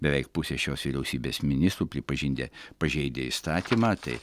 beveik pusė šios vyriausybės ministrų pripažinti pažeidę įstatymą tai